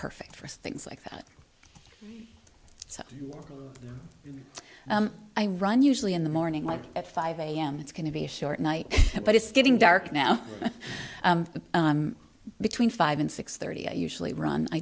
perfect for things like that so i run usually in the morning at five am it's going to be a short night but it's getting dark now between five and six thirty i usually run i